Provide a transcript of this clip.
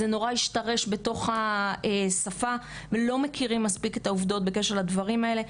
זה נורא השתרש בתוך השפה ולא מכירים מספיק את העובדות בקשר לדברים האלה.